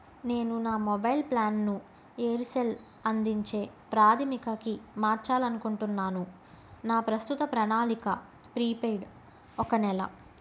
నేను నా మొబైల్ ప్లాన్ను ఎయిర్సెల్ అందించే ప్రాథమికకి మార్చాలి అనుకుంటున్నాను నా ప్రస్తుత ప్రణాళిక ప్రీపెయిడ్ ఒక నెల